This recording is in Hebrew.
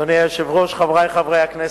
אדוני היושב-ראש, חברי חברי הכנסת,